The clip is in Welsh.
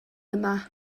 yma